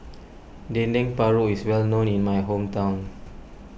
Dendeng Paru is well known in my hometown